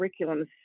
curriculums